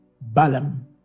balaam